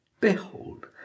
Behold